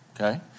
Okay